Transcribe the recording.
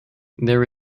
there